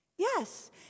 Yes